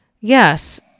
Yes